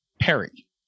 perry